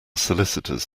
solicitors